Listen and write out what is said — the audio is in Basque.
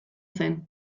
zen